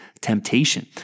temptation